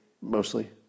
mostly